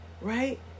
right